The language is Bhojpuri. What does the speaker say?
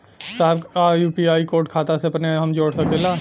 साहब का यू.पी.आई कोड खाता से अपने हम जोड़ सकेला?